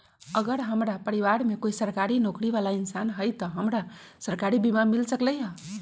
अगर हमरा परिवार में कोई सरकारी नौकरी बाला इंसान हई त हमरा सरकारी बीमा मिल सकलई ह?